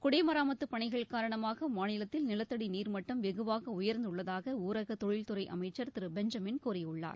குடிமராமத்துப் பணிகள் காரணமாக மாநிலத்தில் நிலத்தடி நீர் மட்டம் வெகுவாக உயர்ந்துள்ளதாக ஊரக தொழில் துறை அமைச்சர் திரு பெஞ்சமின் கூறியுள்ளார்